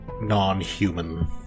non-human